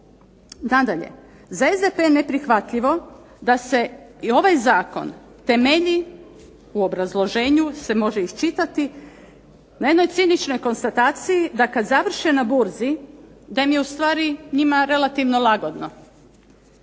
Nadalje, za SDP ne neprihvatljivo da se i ovaj zakon temelji u obrazloženju se može iščitati na jedno ciničnoj konstataciji da kada završe na burzi da je ustvari njima relativno lagodno,